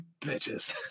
bitches